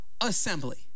assembly